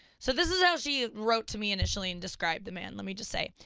so this is how she wrote to me initially and described the man, let me just say.